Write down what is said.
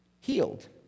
Healed